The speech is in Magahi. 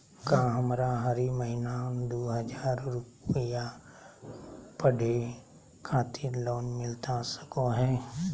का हमरा हरी महीना दू हज़ार रुपया पढ़े खातिर लोन मिलता सको है?